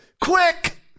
quick